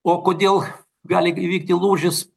o kodėl gali įvykti lūžis